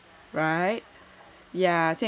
right